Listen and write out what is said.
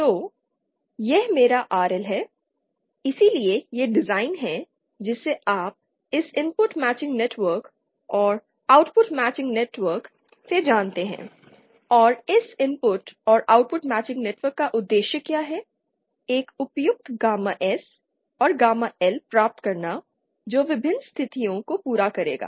तो यह मेरा RL है इसलिए यह डिज़ाइन है जिसे आप इस इनपुट मैचिंग नेटवर्क और आउटपुट मैचिंग नेटवर्क से जानते हैं और इस इनपुट और आउटपुट मैचिंग नेटवर्क का उद्देश्य क्या है एक उपयुक्त गामा S और गामा L प्राप्त करना जो विभिन्न स्थितियों को पूरा करेगा